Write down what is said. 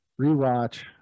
Rewatch